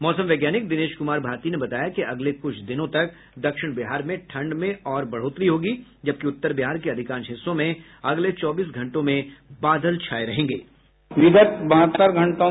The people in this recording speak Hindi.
मौसम वैज्ञानिक दिनेश कुमार भारती ने बताया कि अगले कुछ दिनों तक दक्षिण बिहार में ठंड में और बढ़ोतरी होगी जबकि उत्तर बिहार के अधिकांश हिस्सों में अगले चौबीस घंटों में बादल छाये रहेंगे